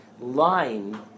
line